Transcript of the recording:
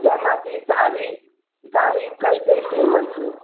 જેમાંથી સારી સારી કઈ કઈ ફ્લેવર છે